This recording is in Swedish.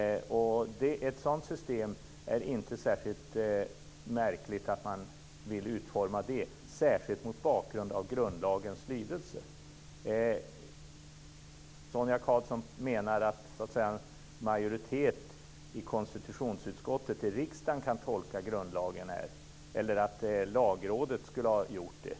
Det är inte särskilt märkligt att man vill utforma ett sådant system, särskilt mot bakgrund av grundlagens lydelse. Sonia Karlsson menar att en majoritet i riksdagens konstitutionsutskott kan tolka grundlagen här eller att Lagrådet skulle ha gjort det.